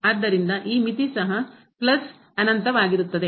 ಆದ್ದರಿಂದ ಈ ಮಿತಿ ಸಹ ಪ್ಲಸ್ ಅನಂತವಾಗಿರುತ್ತದೆ